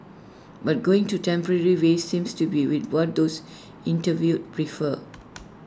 but going to temporary way seems to be we what those interviewed prefer